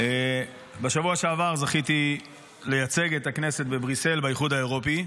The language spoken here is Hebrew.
בשבוע שעבר זכיתי לייצג את הכנסת בבריסל באיחוד האירופי.